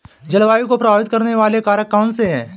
जलवायु को प्रभावित करने वाले कारक कौनसे हैं?